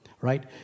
right